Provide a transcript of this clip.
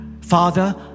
Father